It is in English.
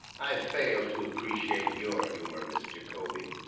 i fail to appreciate your humor miss jacobi